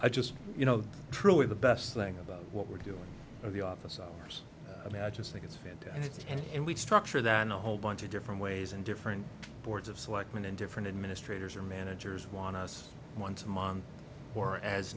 i just you know truly the best thing about what we're doing at the office hours i mean i just think it's fantastic and we structure than a whole bunch of different ways and different boards of selectmen and different administrators or managers want us once a month or as